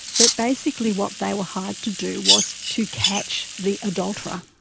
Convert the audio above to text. but basically what they were hired to do was to catch the adulterer.